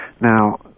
Now